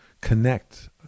connect